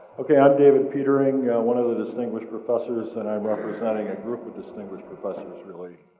okay. i'm david petering, one of the distinguished professors, and i'm representing a group of distinguished professors really,